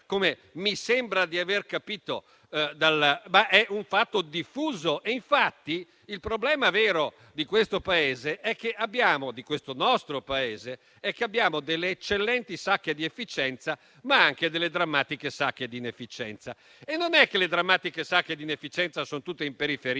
come mi sembra di aver capito, ma è un fatto diffuso. Infatti, il problema vero di questo nostro Paese è che abbiamo eccellenti sacche di efficienza come anche drammatiche sacche di inefficienza; ma non è che le drammatiche sacche di inefficienza sono tutte in periferia